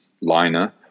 liner